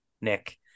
Nick